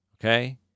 okay